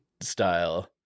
style